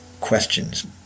questions